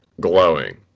glowing